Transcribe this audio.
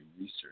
research